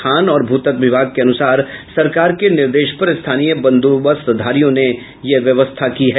खान और भूतत्व विभाग के अनुसार सरकार के निर्देश पर स्थानीय बंदोबस्तधारियों ने यह व्यवस्था की है